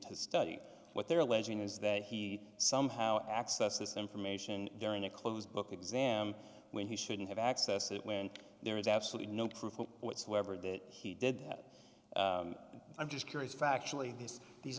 to study what they're alleging is that he somehow access this information during a closed book exam when he shouldn't have access it when there is absolutely no proof whatsoever that he did that i'm just curious factually this these